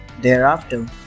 Thereafter